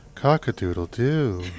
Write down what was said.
cock-a-doodle-doo